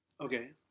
Okay